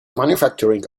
manufacturing